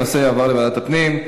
הנושא יועבר לוועדת הפנים.